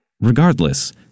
Regardless